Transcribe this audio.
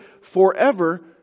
forever